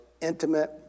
intimate